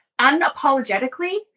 unapologetically